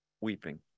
weeping